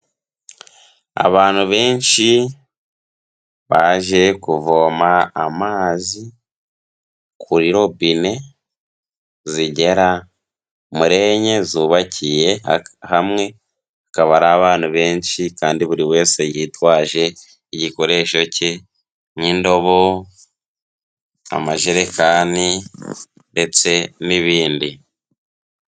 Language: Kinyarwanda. Abantu benshi baje kuvoma amazi kuri robine zigera muri enye zubakiye, hamwe hakaba hari abantu benshi kandi buri wese yitwaje igikoresho cye nk'indobo, amajerekani ndetse n'ibindi.